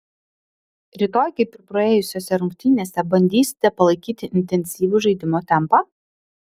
rytoj kaip ir praėjusiose rungtynėse bandysite palaikyti intensyvų žaidimo tempą